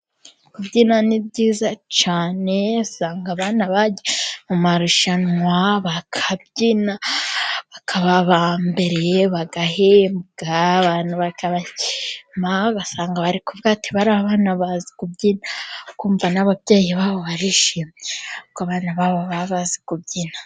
Kubyina ni byiza cyane. Usanga abana bagiye mu marushanwa, bakabyina, bakaba abambere bagahembwa. Abantu bakabashima ugasanga n'ababyeyi babo barishimye kuko abana baba bazi kubyina.